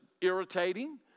irritating